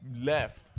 left